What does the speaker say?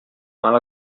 mal